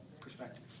perspective